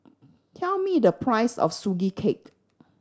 tell me the price of Sugee Cake